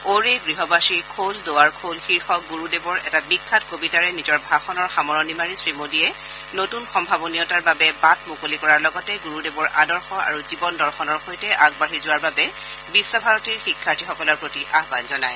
অ'ৰে গৃহবাসী খোল দুৱাৰ খোল শীৰ্ষক গুৰুদেৱৰ এটা বিখ্যাত কবিতাৰে নিজৰ ভাষণৰ সামৰণি মাৰি শ্ৰীমোডীয়ে নতুন সম্ভাৱনীয়তাৰ বাবে বাট মুকলি কৰাৰ লগতে গুৰুদেৱৰ আদৰ্শ আৰু জীৱন দৰ্শনৰ সৈতে আগবাঢ়ি যোৱাৰ বাবে বিশ্ব ভাৰতীৰ শিক্ষাৰ্থীসকলৰ প্ৰতি আহান জনায়